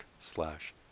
slash